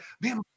man